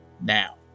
now